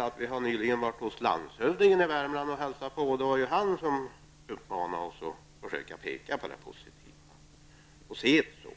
har vi nyligen varit och hälsat på hos landshövdingen i Värmland, och det är han som har uppmanat oss att försöka peka på det positiva.